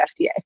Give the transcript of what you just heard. FDA